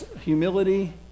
humility